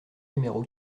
numéro